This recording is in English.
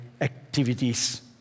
activities